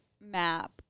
map